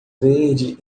verde